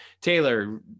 Taylor